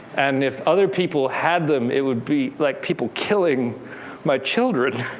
and if other people had them it would be like people killing my children.